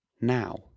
now